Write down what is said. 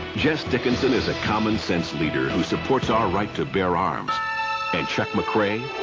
jess dickinson is a commonsense leader who supports our right to bear arms. and chuck mcrae?